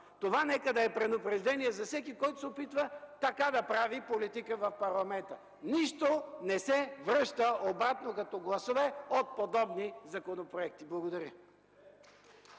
Това нека да е предупреждение за всеки, който се опитва така да прави политика в парламента. Нищо не се връща обратно, като гласове, от подобни законопроекти. Благодаря.